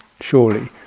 surely